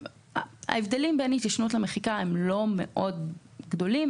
ההבדלים בין התיישנות למחיקה הם לא מאוד גדולים.